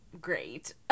great